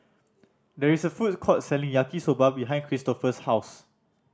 there is a food court selling Yaki Soba behind Cristofer's house